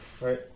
right